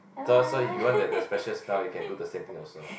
so so if you want that the special smell you can do the same thing also